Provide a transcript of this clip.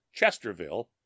Chesterville